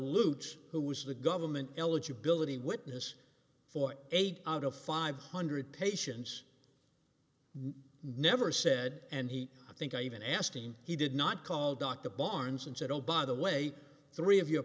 aleuts who was the government eligibility witness for eight out of five hundred patients never said and he i think i even asking he did not call dr barnes and said oh by the way three of your